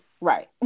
right